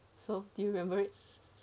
so do you remember it